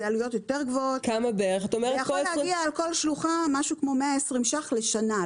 זה יכול להגיע על כל שלוחה כ-120 שקלים לשנה.